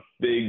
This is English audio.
big